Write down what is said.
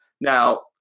Now